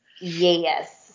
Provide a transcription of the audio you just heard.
Yes